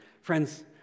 Friends